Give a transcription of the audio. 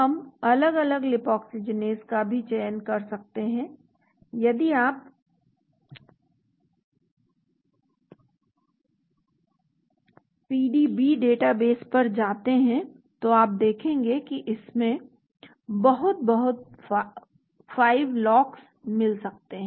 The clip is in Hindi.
हम अलग अलग लिपोक्सिजीनेज़ का भी चयन कर सकते हैं यदि आप पीडीबी डेटाबेस पर जाते हैं तो आप देखेंगे कि इसमें बहुत बहुत 5 LOX मिल सकते हैं